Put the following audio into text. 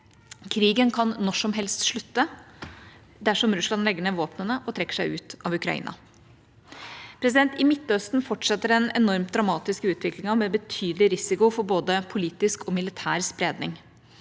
Krigen kan når som helst slutte, dersom Russland legger ned våpnene og trekker seg ut av Ukraina. I Midtøsten fortsetter den enormt dramatiske utviklingen med betydelig risiko for både politisk og militær spredning.